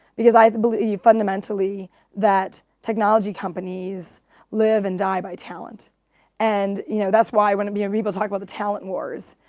because i believe fundamentally that technology companies live and die by talent and you know that's why when and ah people talk about the talent wars,